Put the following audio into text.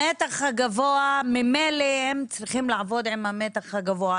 המתח הגבוה ממילא הם צריכים לעבוד עם המתח הגבוה,